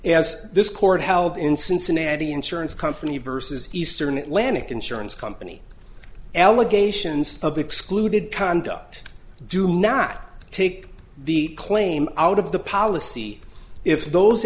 as this court held in cincinnati insurance company vs eastern atlantic insurance company allegations of excluded conduct do not take the claim out of the policy if those